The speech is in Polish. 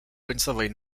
końcowej